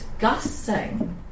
Disgusting